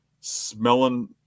smelling